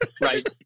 Right